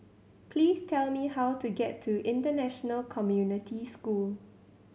please tell me how to get to International Community School